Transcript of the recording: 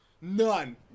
None